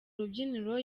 rubyiniro